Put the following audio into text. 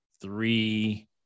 three